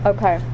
Okay